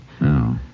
No